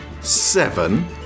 seven